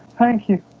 thank you